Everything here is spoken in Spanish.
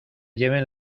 lleven